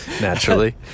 Naturally